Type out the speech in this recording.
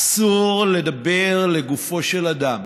אסור לדבר לגופו של אדם,